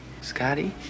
Scotty